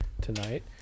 tonight